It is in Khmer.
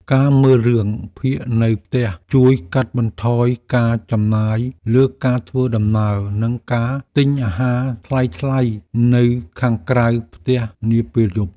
ការមើលរឿងភាគនៅផ្ទះជួយកាត់បន្ថយការចំណាយលើការធ្វើដំណើរនិងការទិញអាហារថ្លៃៗនៅខាងក្រៅផ្ទះនាពេលយប់។